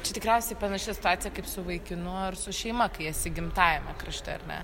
čia tikriausiai panaši situacija kaip su vaikinu ar su šeima kai esi gimtajame krašte ar ne